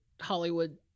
Hollywood